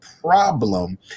problem